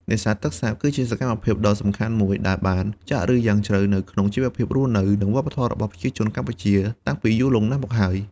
នេសាទទឹកសាបគឺជាសកម្មភាពដ៏សំខាន់មួយដែលបានចាក់ឫសយ៉ាងជ្រៅនៅក្នុងជីវភាពរស់នៅ និងវប្បធម៌របស់ប្រជាជនកម្ពុជាតាំងពីយូរលង់ណាស់មកហើយ។